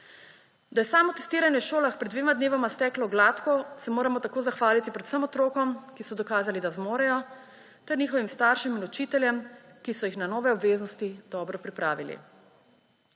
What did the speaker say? Da je samotestiranje v šolah pred dvema dnevoma steklo gladko, se moramo tako zahvaliti predvsem otrokom, ki so dokazali, da zmorejo, ter njihovim staršem in učiteljem, ki so jih na nove obveznosti dobro pripravili.